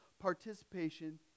Participation